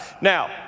now